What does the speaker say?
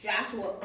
Joshua